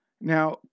Now